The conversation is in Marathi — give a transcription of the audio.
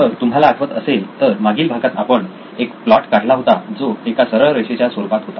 जर तुम्हाला आठवत असेल तर मागील भागात आपण एक प्लॉट काढला होता जो एका सरळ रेषेच्या स्वरूपात होता